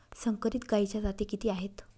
संकरित गायीच्या जाती किती आहेत?